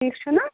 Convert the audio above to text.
ٹھیٖک چھُنا